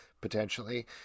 potentially